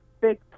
big